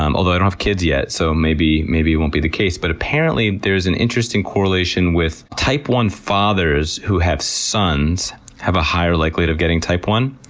um although i don't have kids yet, so maybe it won't be the case but apparently there is an interesting correlation with type one fathers who have sons have a higher likelihood of getting type one,